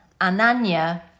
Ananya